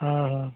हाँ हाँ